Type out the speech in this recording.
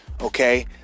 Okay